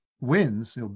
wins